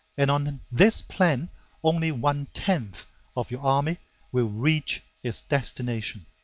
and on this plan only one-tenth of your army will reach its destination.